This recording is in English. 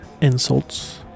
insults